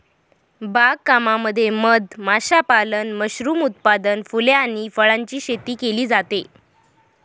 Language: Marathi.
बाग कामामध्ये मध माशापालन, मशरूम उत्पादन, फुले आणि फळांची शेती केली जाते